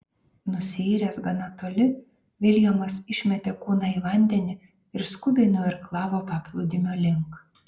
nusiyręs gana toli viljamas išmetė kūną į vandenį ir skubiai nuirklavo paplūdimio link